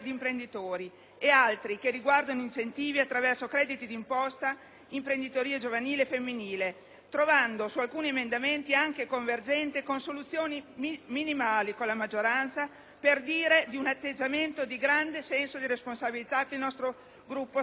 e altri che riguardano incentivi attraverso crediti d'imposta, imprenditoria giovanile e femminile, trovando su alcuni emendamenti anche convergenze su soluzioni minimali con la maggioranza. Questo per dire di un atteggiamento di grande senso di responsabilità che il nostro Gruppo sta assumendo: